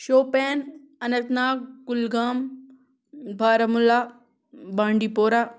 Shopian Anantnag Kulgam Baramulla بانڈی پورہ